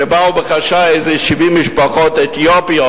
שבאו בחשאי איזה 70 משפחות אתיופיות,